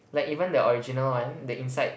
like even the original one the inside